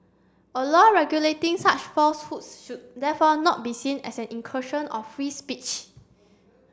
a law regulating such falsehoods should therefore not be seen as an incursion of free speech